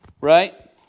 right